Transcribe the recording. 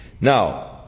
Now